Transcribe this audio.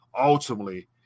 ultimately